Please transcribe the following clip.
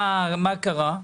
מה קרה?